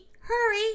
hurry